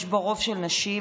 יש בו רוב של נשים.